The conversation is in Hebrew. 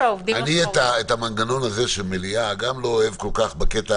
--- את המנגנון של מליאה גם לא אוהב כל-כך בקטע